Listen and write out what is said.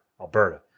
Alberta